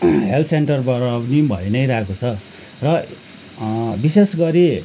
health सेन्टरबाट पनि भइ नै रहेको छ र विशेष गरी